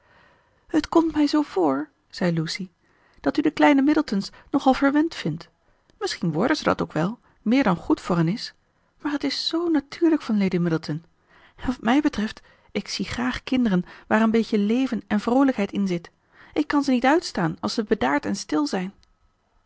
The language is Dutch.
het komt mij zoo voor zei lucy dat u de kleine middletons nog al verwend vindt misschien worden ze dat ook wel meer dan goed voor hen is maar het is zoo natuurlijk van lady middleton en wat mij betreft ik zie graag kinderen waar een beetje leven en vroolijkheid inzit ik kan ze niet uitstaan als ze bedaard en stil zijn